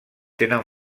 tenen